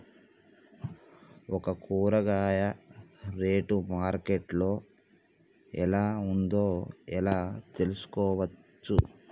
ఒక కూరగాయ rate market లో ఎలా ఉందో ఎలా తెలుసుకోవచ్చు?